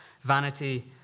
Vanity